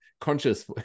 conscious